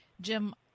Jim